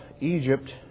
Egypt